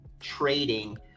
trading